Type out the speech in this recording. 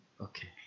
Okay